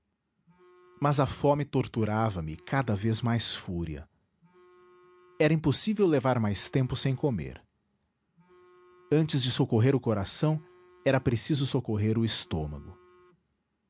mas a fome torturava me cada vez mais fúria era impossível levar mais tempo sem comer antes de socorrer o coração era preciso socorrer o estômago